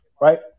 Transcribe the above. right